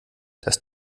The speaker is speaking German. das